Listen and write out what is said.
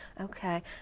Okay